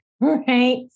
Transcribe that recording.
right